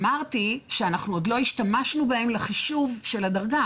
אמרתי שאנחנו עוד לא השתמשנו בהם לחישוב של הדרגה.